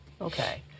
okay